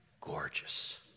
gorgeous